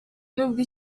nubwo